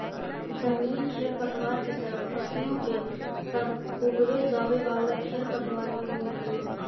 जंगली खेरपतवार के तरह फसलों के संग उगवे जावे वाला खेरपतवार भी होवे हई